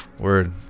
word